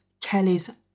Kelly's